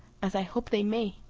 as i hope they may,